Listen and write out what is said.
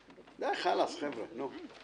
די, חלאס, חבר'ה, נו.